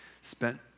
spent